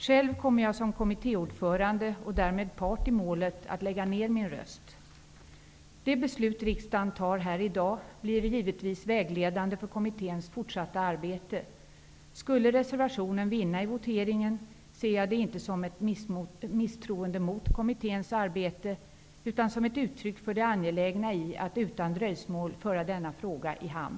Själv kommer jag som kommittéordförande och därmed part i målet att lägga ner min röst. Det beslut riksdagen tar här i dag blir givetvis vägledande för kommitténs fortsatta arbete. Skulle reservationen vinna i voteringen, ser jag det inte som ett misstroende mot kommitténs arbete utan som ett uttryck för det angelägna i att utan dröjsmål föra denna fråga i hamn.